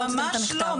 ממש לא,